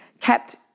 kept